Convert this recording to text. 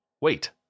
Wait